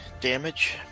damage